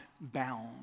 bound